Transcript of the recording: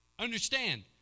Understand